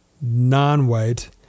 non-white